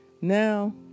Now